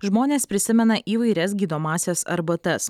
žmonės prisimena įvairias gydomąsias arbatas